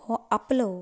हो आपलो